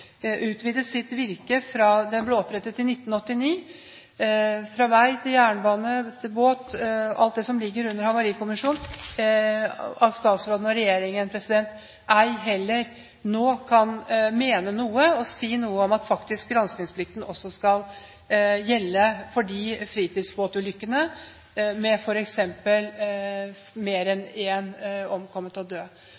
båt – alt det som ligger under Havarikommisjonen – og at statsråden og regjeringen ei heller nå kan mene noe og si noe om at granskingsplikten også skal gjelde for de fritidsbåtulykkene med f.eks. mer enn